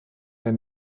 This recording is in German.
den